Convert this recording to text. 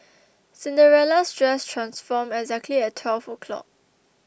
cinderella's dress transformed exactly at twelve o'clock